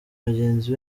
bagenzi